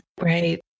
Right